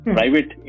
Private